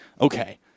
Okay